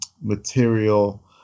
material